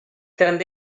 திறந்த